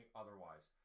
otherwise